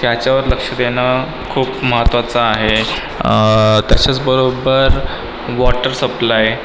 त्याच्यावर लक्ष देणं खूप महत्त्वाचं आहे तसेच बरोबर वॉटर सप्लाय